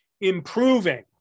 improving